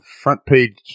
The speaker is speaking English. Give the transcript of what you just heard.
front-page